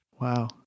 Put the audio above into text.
wow